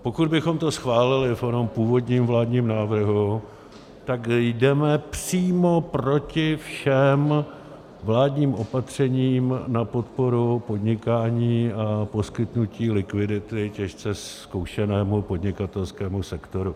Pokud bychom to schválili v onom původním vládním návrhu, tak jdeme přímo proti všem vládním opatřením na podporu podnikání a poskytnutí likvidity těžce zkoušenému podnikatelskému sektoru.